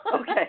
Okay